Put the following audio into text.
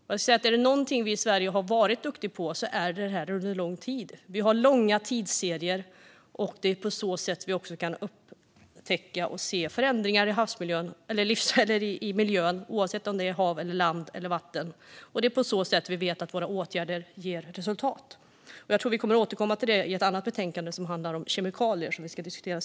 Och om det är någonting som vi i Sverige har varit duktiga på under lång tid är det detta. Vi har långa tidsserier, och det är på så sätt som vi kan upptäcka och se förändringar i miljön, oavsett om det är hav, land eller vatten. Och det är på så sätt vi vet att våra åtgärder ger resultat. Jag tror att vi kommer att återkomma till detta vid behandlingen av ett annat betänkande i dag som handlar om kemikalier.